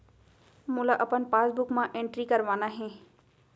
मोला अपन पासबुक म एंट्री करवाना हे?